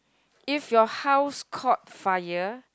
if your house caught fire